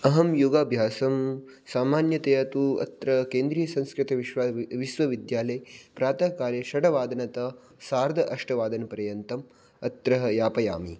अहं योगाभ्यासं सामान्यतया तु अत्र केन्द्रियसंस्कृतविश्व विश्वविद्यालये प्रातःकाले षड्वादनतः सार्ध अष्टवादनपर्यन्तम् अत्र यापयामि